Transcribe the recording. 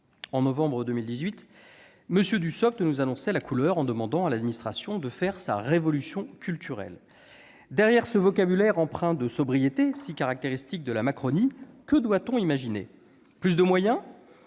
secrétaire d'État, vous nous annonciez la couleur en demandant à l'administration de faire sa « révolution culturelle ». Derrière ce vocabulaire empreint de sobriété, si caractéristique de la Macronie, que doit-on imaginer ? Plus de moyens,